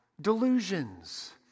delusions